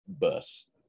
bus